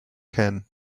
can